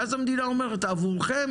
ואז המדינה אומרת: "עבורכם